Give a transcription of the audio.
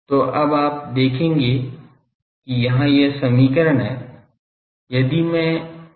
तो अब आप देखेंगे कि यहाँ यह समीकरण है यदि मैं इस k not square E में लेता हूँ